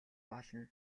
болно